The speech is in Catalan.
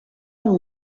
amb